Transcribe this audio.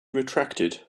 retracted